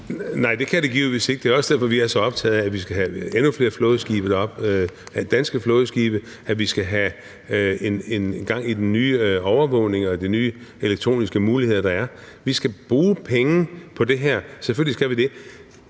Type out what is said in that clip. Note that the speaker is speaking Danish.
Nej, det kan det givetvis ikke. Det er også derfor, vi er så optaget af, at vi skal have endnu flere af de danske flådeskibe derop, at vi skal have gang i den nye overvågning og de nye elektroniske muligheder, der er. Vi skal bruge penge på det her. Selvfølgelig skal vi det.